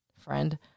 friend